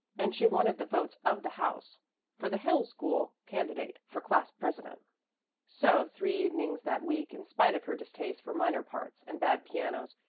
and she wanted the votes of the house for the hill school candidate for class-president. so three evenings that week, in spite of her distaste for minor parts and bad pianos,